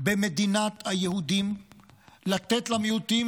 במדינת היהודים היא לתת למיעוטים,